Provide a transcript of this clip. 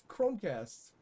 Chromecast